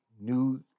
New